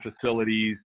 facilities